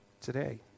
today